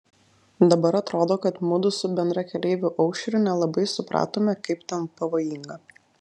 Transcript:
dabar atrodo kad mudu su bendrakeleiviu aušriu nelabai supratome kaip ten pavojinga